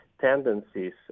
tendencies